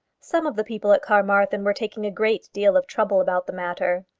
some of the people at carmarthen were taking a great deal of trouble about the matter.